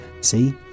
See